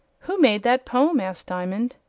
who made that poem? asked diamond.